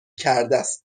کردست